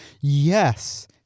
yes